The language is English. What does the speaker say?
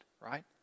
right